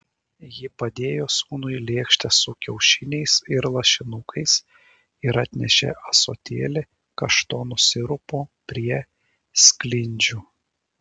ji padėjo sūnui lėkštę su kiaušiniais ir lašinukais ir atnešė ąsotėlį kaštonų sirupo prie sklindžių